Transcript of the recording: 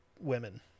women